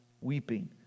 weeping